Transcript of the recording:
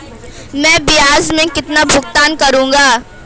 मैं ब्याज में कितना भुगतान करूंगा?